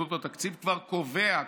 יסודות התקציב כבר קובע,